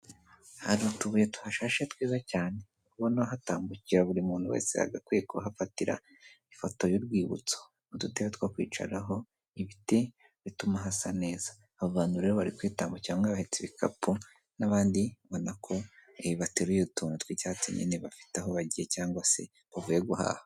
Hari utubuye tuhashashe twiza cyane, ubona hatambukira buri muntu wese yagakwiye kuba ahafatira ifoto y'urwibutso, udutebe two kwicaraho, ibiti bituma hasa neza, aba bantu rero bari kwitambukira bamwe bahetse ibikapu n'abandi ubonako bateruye utuntu tw'icyatsi nyine bafite aho bagiye cyangwa se bavuye guhaha.